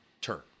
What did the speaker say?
turn